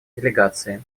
делегации